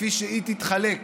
כפי שהיא תחולק